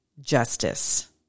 Justice